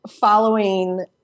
following